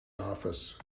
office